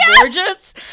gorgeous